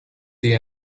the